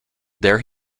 there